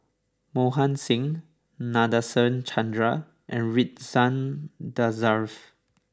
Mohan Singh Nadasen Chandra and Ridzwan Dzafir